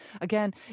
again